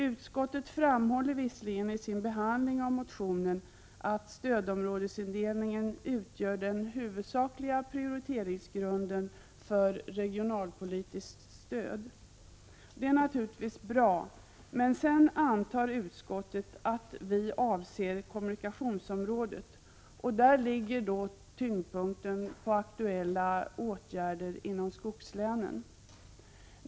Utskottet framhåller visserligen i sin behandling av motionen att stödområdesindelningen utgör den huvudsakliga prioriteringsgrunden för regional politiskt stöd. Det är naturligtvis bra, men sedan antar utskottet att vi avser kommunikationsområdet, och där ligger tyngdpunkten på aktuella åtgärder inom skogslänen.